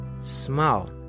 Smile